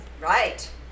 Right